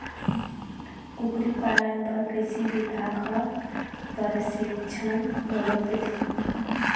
कुकरी पालन बर कृषि बिभाग ह परसिक्छन घलोक देथे